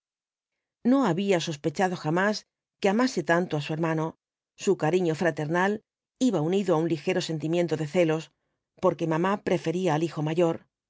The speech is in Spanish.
no había sospechado jamás que amase tanto á su hermano su cariño fraternal iba unido á un ligero sentimiento de celos porque mamá prefería al hijo mayor